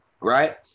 right